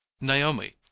Naomi